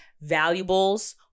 Valuables